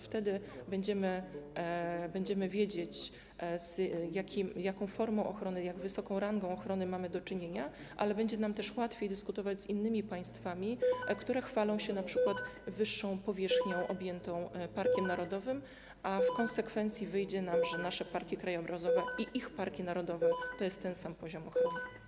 Wtedy będziemy wiedzieć, z jaką formą i z jak wysoką rangą ochrony mamy do czynienia, a także będzie nam łatwiej dyskutować z innymi państwami, które chwalą się np. większą powierzchnią objętą parkiem narodowym, a w konsekwencji wyjdzie nam, że nasze parki krajobrazowe i ich parki narodowe to jest ten sam poziom ochrony.